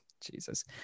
Jesus